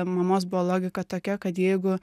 mamos buvo logika tokia kad jeigu